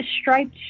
striped